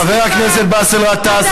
חבר הכנסת באסל גטאס,